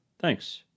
Thanks